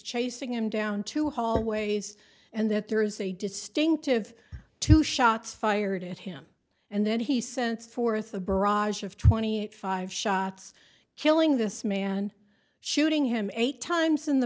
chasing him down to hallways and that there is a distinctive two shots fired at him and then he sent forth a barrage of twenty five shots killing this man shooting him eight times in the